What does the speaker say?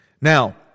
Now